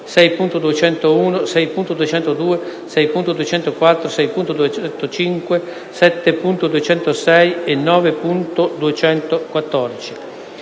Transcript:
6.201, 6.202, 6.204, 6.205, 7.206 e 9.214.